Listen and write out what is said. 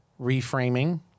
Reframing